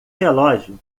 relógio